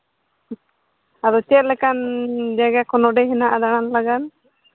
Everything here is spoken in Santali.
ᱟᱫᱚ ᱪᱮᱫ ᱞᱮᱠᱟᱱ ᱡᱟᱭᱜᱟ ᱠᱚ ᱢᱮᱱᱟᱜᱼᱟ ᱱᱚᱰᱮ ᱫᱟᱬᱟᱱ ᱞᱟᱜᱟᱫ